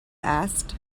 asked